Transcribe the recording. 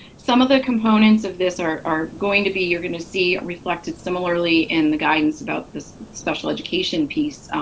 some of the components of this are are going to be you're going to see reflected similarly in the guidance about the special education piece,